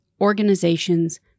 organizations